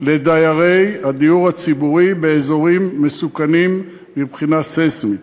לדיירי הדיור הציבורי באזורים מסוכנים מבחינה סיסמית.